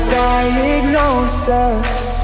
diagnosis